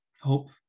hope